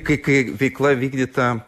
kai kai veikla vykdyta